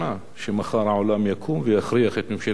שמחר העולם יקום ויכריח את ממשלת ישראל